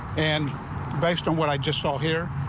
and based on what i just saw here,